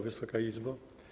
Wysoka Izbo!